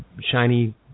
shiny